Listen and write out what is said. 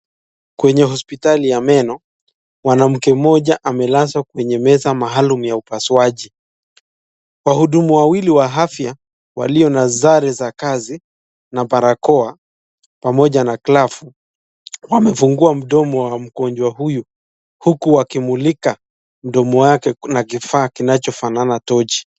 Kwenye hospitali ya meno mwanamke moja amelazwa kwenye meza maalum ya upasuaji. Wahudumu wawili wa afya, walio na zare za kazi na barakoa, pamoja na glavu wamefungua mdomo wa ugonjwa huyu, huko wakimulika mdomo wake na kifaa kinacho fanana tochi.